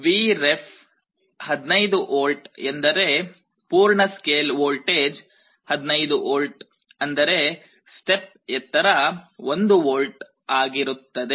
Vref 15 volt ಎಂದರೆ ಪೂರ್ಣ scale voltage 15V ಅಂದರೆ ಸ್ಟೆಪ್ ಎತ್ತರ 1 ವೋಲ್ಟ್ ಆಗಿರುತ್ತದೆ